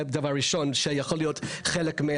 זה דבר ראשון שיכול להיות חלק.